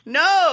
no